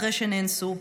אחרי שנאנסו.